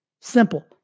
Simple